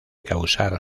causar